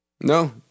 no